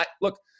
look